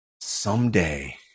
someday